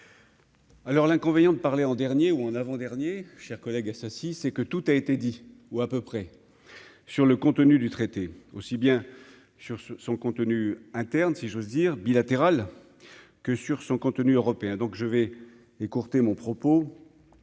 Alors l'inconvénient de parler en dernier ou en avant-dernier, chers collègues, c'est que tout a été dit, ou à peu près sur le contenu du traité aussi bien sûr ce son contenu interne, si j'ose dire bilatéral que sur son contenu européen, donc je vais écourter mon propos